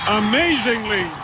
amazingly